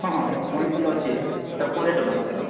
ହଁ ହଁ ଏ କଇଁ ଫୁଲ ଅଛି ଏଇଟା କୋଡ଼ିଏ ଟଙ୍କା ମାତ୍ର